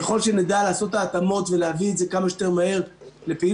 ככל שנדע לעשות את ההתאמות ולהביא את זה כמה שיותר מהר לפעילות,